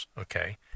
okay